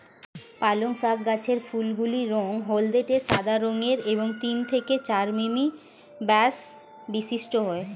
পালং শাক গাছের ফুলগুলি রঙ হলদেটে সাদা রঙের এবং তিন থেকে চার মিমি ব্যাস বিশিষ্ট হয়